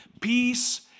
peace